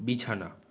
বিছানা